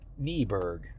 Nieberg